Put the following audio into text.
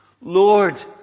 Lord